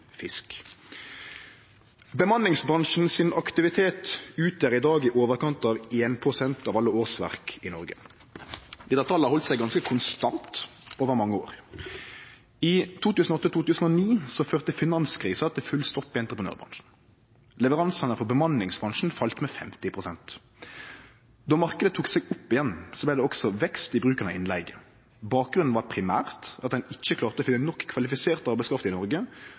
fisk. Aktiviteten i bemanningsbransjen utgjer i dag i overkant av 1 pst. av alle årsverk i Noreg. Dette talet har halde seg ganske konstant over mange år. I 2008–2009 førte finanskrisa til full stopp i entreprenørbransjen. Leveransane frå bemanningsbransjen fall med 50 pst. Då marknaden tok seg opp igjen, vart det også vekst i bruken av innleige. Bakgrunnen var primært at ein ikkje klarte å finne nok kvalifisert arbeidskraft i Noreg